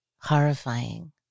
horrifying